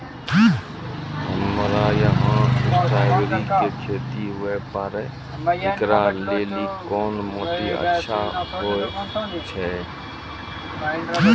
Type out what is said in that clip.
हमरा यहाँ स्ट्राबेरी के खेती हुए पारे, इकरा लेली कोन माटी अच्छा होय छै?